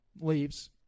leaves